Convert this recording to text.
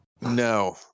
No